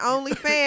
OnlyFans